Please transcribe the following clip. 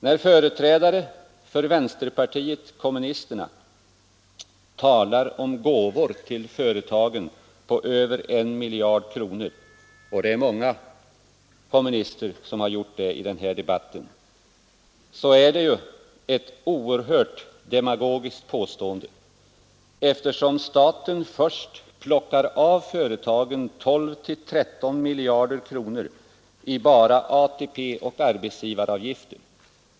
När företrädare för vänsterpartiet kommunisterna talar om gåvor till företagen på över en miljard kronor — och det är många kommunister som har gjort det i den här debatten — är det ett oerhört demagogiskt påstående, eftersom staten först plockar av företagen 12—13 miljarder kronor i bara ATP och arbetsgivaravgifter.